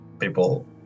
people